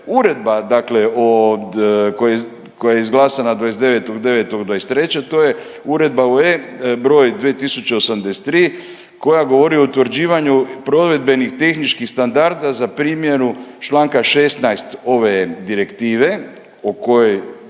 od, koja je izglasana 29.9.'23., a to je uredba .../nerazumljivo/... br. 2083 koja govori o utvrđivanju provedbenih tehničkih standarda za primjeru čl. 16 ove direktive o kojoj,